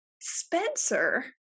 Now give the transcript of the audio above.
Spencer